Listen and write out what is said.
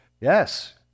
Yes